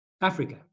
Africa